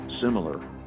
similar